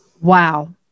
Wow